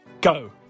Go